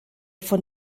von